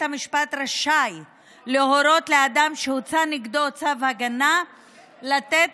המשפט רשאי להורות לאדם שהוצא נגדו צו הגנה לתת